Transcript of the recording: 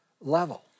level